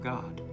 God